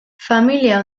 familia